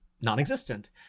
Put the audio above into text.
non-existent